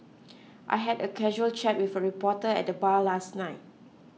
I had a casual chat with a reporter at the bar last night